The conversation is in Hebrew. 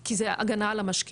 כי זה הגנה על המשקיעים.